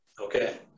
Okay